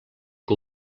que